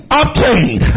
obtain